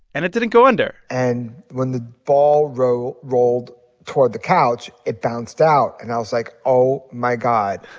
and it didn't go under and when the ball rolled rolled toward the couch, it bounced out. and i was like oh, my god,